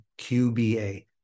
QBA